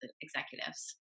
executives